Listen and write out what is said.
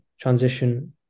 transition